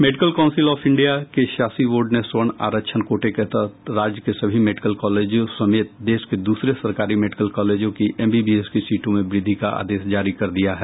medical Council of India के शासी board ने सवर्ण आरक्षण कोटे के तहत राज्य के सभी मेडिकल कॉलेजों समेत देश के दूसरे सरकारी मेडिकल कॉलेजों की एमबीबीएस के सीटों में वृद्धि का आदेश जारी कर दिया है